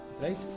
right